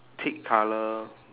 teak colour